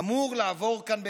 אמור לעבור כאן בקלות.